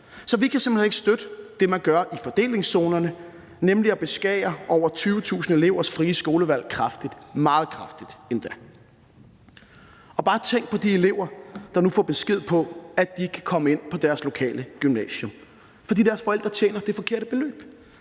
hen ikke støtte det, man gør i fordelingszonerne, nemlig at beskære over 20.000 elevers frie skolevalg kraftigt, meget kraftigt endda! Bare tænk på de elever, der nu får besked om, at de ikke kan komme ind på deres lokale gymnasium, fordi deres forældre tjener det forkerte beløb.